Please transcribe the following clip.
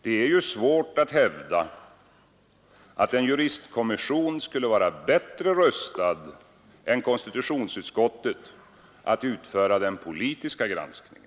Det är svårt att hävda att en juristkommission skulle vara bättre rustad än konstitutionsutskottet att utföra den politiska granskningen.